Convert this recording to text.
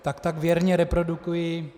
Takto věrně reprodukuji.